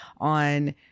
on